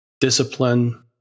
discipline